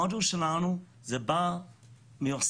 המוטו שלנו זה מאוסטרליה.